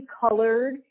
colored